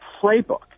playbook